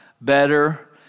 better